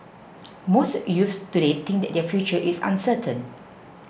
most youths today think their future is uncertain